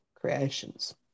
creations